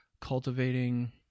cultivating